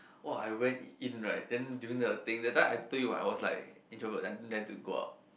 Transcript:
!wah! I went in right then during the thing that time I told I told you what I was like introvert don't dare to go out